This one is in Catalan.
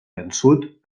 vençut